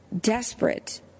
desperate